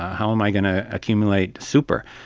how am i going to accumulate super,